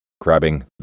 grabbing